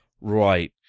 Right